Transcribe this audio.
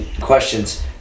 questions